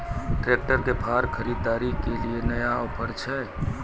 Tractor के फार खरीदारी के लिए नया ऑफर छ?